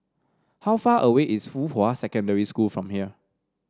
how far away is Fuhua Secondary School from here